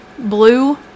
blue